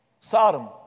Sodom